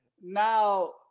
now